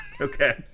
Okay